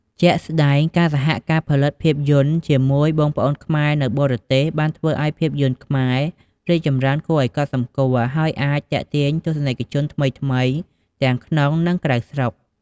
ជាក់ស្តែង ការសហការផលិតភាពយន្តជាមួយបងប្អូនខ្មែរនៅបរទេសបានធ្វើឱ្យ ភាពយន្តខ្មែររីកចម្រើនគួរឱ្យកត់សម្គាល់ ហើយអាច ទាក់ទាញទស្សនិកជនថ្មីៗ ទាំងក្នុងស្រុក និងក្រៅស្រុក។